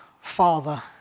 Father